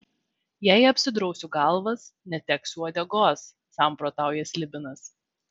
jei apsidrausiu galvas neteksiu uodegos samprotauja slibinas